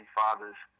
fathers